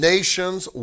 Nations